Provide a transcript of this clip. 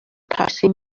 passing